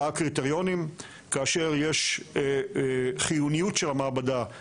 שנים כאשר הנשיא יכול להאריך את התקופה בשנתיים